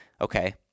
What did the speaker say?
okay